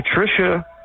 patricia